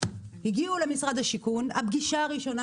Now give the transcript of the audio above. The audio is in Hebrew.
הגיעו למשרד השיכון הפגישה הראשונה